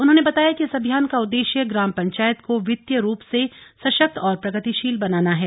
उन्होंने बताया कि इस अभियान का उद्देश्य ग्राम पंचायत को वित्तीय रुप से सशक्त और प्रगतिशील बनाना है